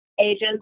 agents